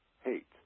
hate